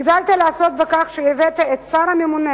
הגדלת לעשות בכך שהבאת את השר הממונה